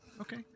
okay